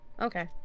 Okay